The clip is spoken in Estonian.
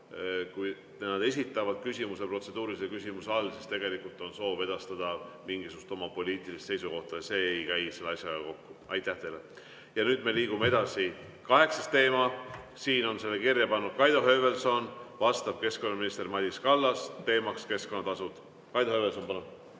kui nad esitavad küsimuse protseduurilise küsimusena, siis tegelikult on soov edastada mingisugust oma poliitilist seisukohta. See ei käi selle asjaga kokku. Nüüd me liigume edasi. Kaheksas teema, selle on kirja pannud Kaido Höövelson, vastab keskkonnaminister Madis Kallas, teema on keskkonnatasud. Kaido Höövelson, palun!